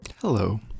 Hello